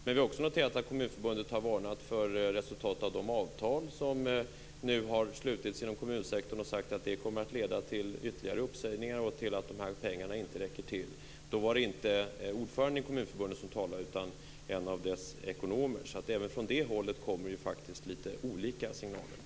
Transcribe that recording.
Men vi har också noterat att Kommunförbundet har varnat för resultatet av de avtal som nu har slutits inom kommunsektorn. Man har sagt att det kommer att leda till ytterligare uppsägningar och till att de här pengarna inte räcker till. Då var det inte ordföranden i Kommunförbundet som talade utan en av dess ekonomer. Även från det hållet kommer det alltså faktiskt litet olika signaler.